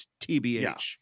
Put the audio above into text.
tbh